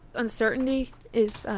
uncertainty is,